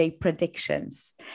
predictions